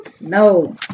No